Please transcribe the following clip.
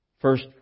First